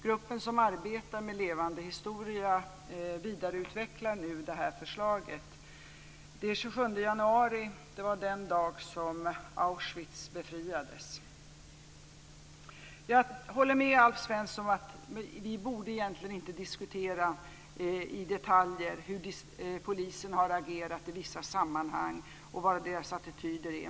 Gruppen som arbetar med projektet Levande historia vidareutvecklar förslaget. Den 27 januari var den dag som Auschwitz befriades. Jag håller med Alf Svensson om att vi egentligen inte i detaljer borde diskutera hur polisen har agerat i vissa sammanhang och vad deras attityder är.